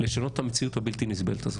לשנות את המציאות הבלתי נסבלת הזאת.